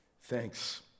Thanks